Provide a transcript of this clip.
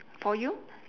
for you